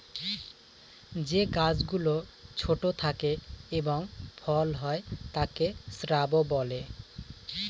যে গাছ গুলো ছোট থাকে এবং ফল হয় তাকে শ্রাব বলে